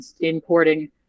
importing